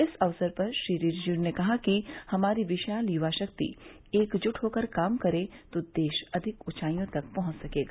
इस अवसर पर श्री रिजिजू ने कहा है कि हमारी विशाल युवा शक्ति एकजुट होकर काम करे तो देश अधिक ऊंचाइयों तक पहुंच सकेगा